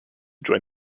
join